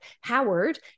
Howard